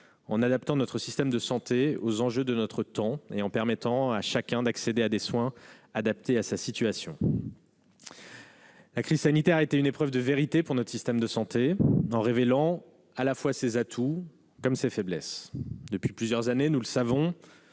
en adaptant notre système de santé aux enjeux de notre temps et en permettant à chacun d'accéder à des soins correspondant à sa situation. La crise sanitaire a été une épreuve de vérité pour notre système de santé en révélant à la fois ses atouts et ses faiblesses. Depuis plusieurs années, nous le savons,